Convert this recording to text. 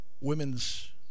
women's